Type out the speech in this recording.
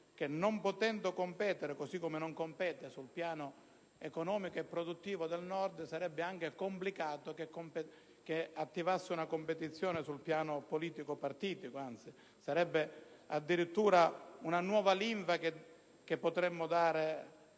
non potendo competere - così come non compete - sul piano economico e produttivo con il Nord, sarebbe complicato se si attivasse una competizione sul piano politico-partitico; anzi sarebbe addirittura una nuova linfa per